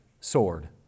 sword